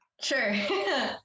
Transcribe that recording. Sure